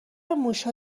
موشا